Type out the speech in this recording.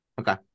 Okay